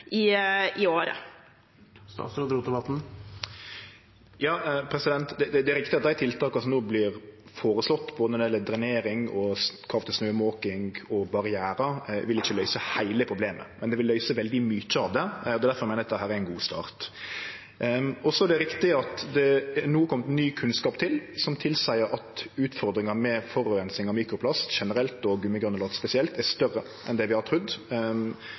Det er riktig at dei tiltaka som no vert føreslegne når det gjeld både drenering og krav til snømoking og barrierar, ikkje vil løyse heile problemet. Men dei vil løyse veldig mykje av det, og det er difor eg meiner at dette er ein god start. Det er riktig at det no er kome ny kunnskap som tilseier at utfordringa med forureining av mikroplast generelt og gummigranulat spesielt er større enn vi har trudd.